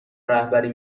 رهبری